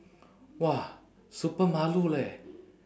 !wah! super malu leh